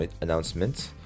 announcement